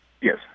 Yes